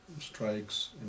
strikes